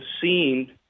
seen